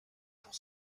pour